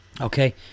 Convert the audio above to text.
Okay